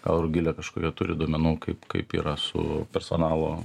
gal rugilė kažkur jie turi duomenų kaip kaip yra su personalo